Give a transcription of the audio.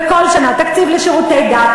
וכל שנה התקציב לשירותי דת,